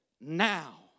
now